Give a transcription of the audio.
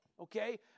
okay